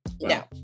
No